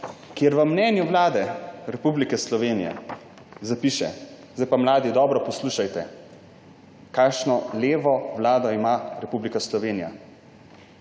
kjer v mnenju Vlade Republike Slovenije zapiše, sedaj pa mladi dobro poslušajte, kakšno levo vlado ima Republika Slovenija: